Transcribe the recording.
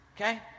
Okay